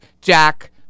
Jack